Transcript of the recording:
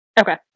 Okay